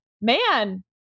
man